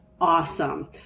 awesome